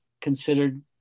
considered